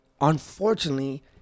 unfortunately